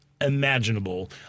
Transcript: imaginable